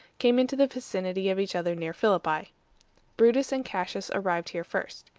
came into the vicinity of each other near philippi. brutus and cassius arrived here first.